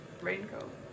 Raincoat